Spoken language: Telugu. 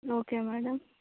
okay madam